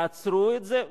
תעצרו את זה,